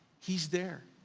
he's there,